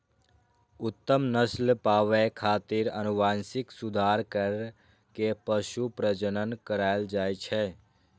उत्तम नस्ल पाबै खातिर आनुवंशिक सुधार कैर के पशु प्रजनन करायल जाए छै